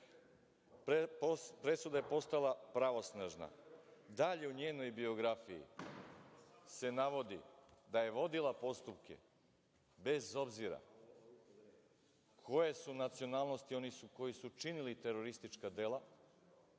presuda je postala pravosnažna. Dalje, u njenoj biografiji, se navodi da je vodila postupke bez obzira koje su nacionalnosti oni koji su činili teroristička dela